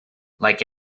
like